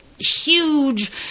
huge